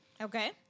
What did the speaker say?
Okay